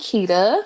Kita